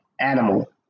animal